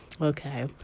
Okay